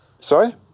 Sorry